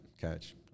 catch